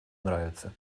нравится